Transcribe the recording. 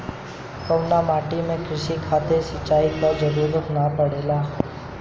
कउना माटी में क़ृषि खातिर सिंचाई क जरूरत ना पड़ेला?